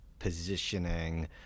positioning